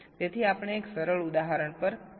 તેથી આપણે એક સરળ ઉદાહરણ પર કામ કરીશું